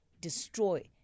destroy